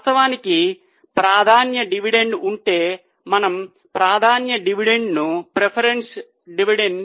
వాస్తవానికి ప్రాధాన్య డివిడెండ్ ఉంటే మనము ప్రాధాన్య డివిడెండ్ను కూడా తీసివేస్తాము